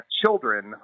children